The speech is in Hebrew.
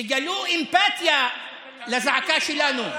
תגלו אמפתיה לזעקה שלנו.